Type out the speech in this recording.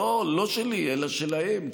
לא שלי אלא שלהם,